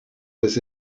was